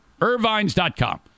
Irvine's.com